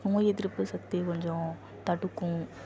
நோய் எதிர்ப்பு சக்தி கொஞ்சம் தடுக்கும்